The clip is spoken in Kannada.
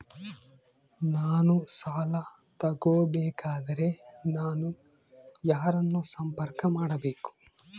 ನಾನು ಸಾಲ ತಗೋಬೇಕಾದರೆ ನಾನು ಯಾರನ್ನು ಸಂಪರ್ಕ ಮಾಡಬೇಕು?